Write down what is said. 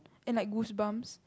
and like goosebumps